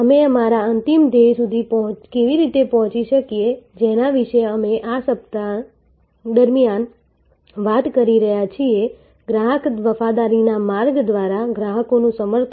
અમે અમારા અંતિમ ધ્યેય સુધી કેવી રીતે પહોંચી શકીએ જેના વિશે અમે આ સપ્તાહ દરમિયાન વાત કરી રહ્યા છીએ ગ્રાહક વફાદારીના માર્ગ દ્વારા ગ્રાહકનું સમર્થન